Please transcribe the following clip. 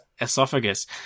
esophagus